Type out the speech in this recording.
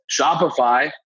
Shopify